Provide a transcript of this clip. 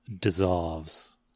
dissolves